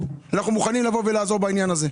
ואנחנו מוכנים לבוא ולעזור בעניין הזה.